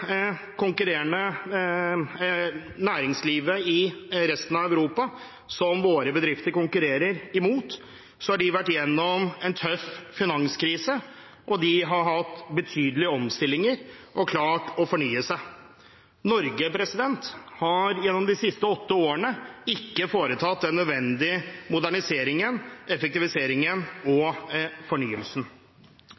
på næringslivet i resten av Europa som våre bedrifter konkurrerer med, ser man at de har vært igjennom en tøff finanskrise. De har hatt betydelige omstillinger og har klart å fornye seg. Norge har gjennom de siste åtte årene ikke foretatt den nødvendige moderniseringen, effektiviseringen og